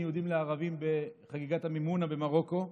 יהודים לערבים בחגיגת המימונה במרוקו.